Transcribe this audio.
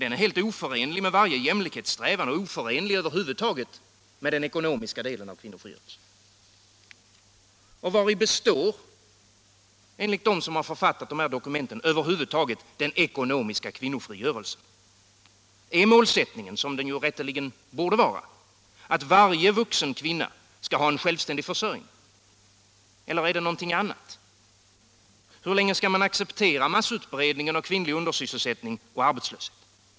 Den är helt oförenlig med varje jämlikhetssträvan och oförenlig över huvud taget med den ekonomiska delen av kvinnofrigörelsen. Vari består, enligt dem som författat dessa dokument, över huvud taget den ekonomiska kvinnofrigörelsen? Är målsättningen — som den rätteligen borde vara — att varje vuxen kvinna skall ha en självständig försörjning? Eller är den något annat? Hur länge skall man acceptera massutbredningen av kvinnlig undersysselsättning och arbetslöshet?